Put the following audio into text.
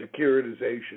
securitization